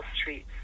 streets